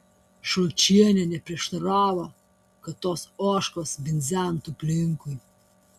šulčienė neprieštaravo kad tos ožkos bidzentų aplinkui